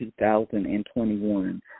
2021